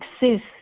exist